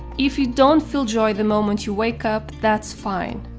if you don't feel joy the moment you wake up, that's fine.